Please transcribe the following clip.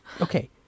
okay